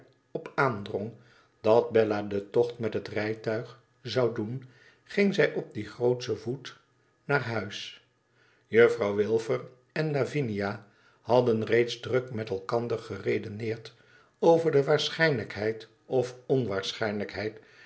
op aandrong dat bella den tocht met rijtuig zou doen ging zij op dien grootschen voet naar huis jufouw wilfer en lavinia hadden reeds druk met elkander geredeneerd over de waarschijnlijkheid of